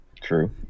True